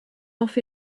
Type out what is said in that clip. off